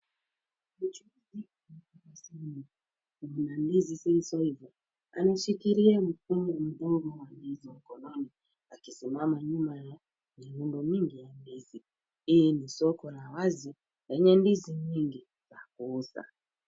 Hizi ni kungu za ndizi. Kungu za ndizi zilizoiva. Anashikilia mkungu mdogo wa ndizi mkononi akisimama nyuma ya mirundo mingi ya ndizi. Hili ni soko la wazi, lenye ndizi nyingi za kuuza.